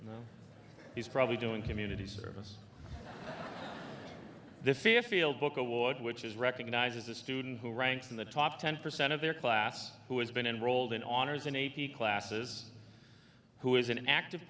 you he's probably doing community service the fairfield book award which is recognized as a student who ranks in the top ten percent of their class who has been enrolled in on as an a p classes who is an active